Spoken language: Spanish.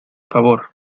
favor